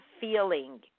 feeling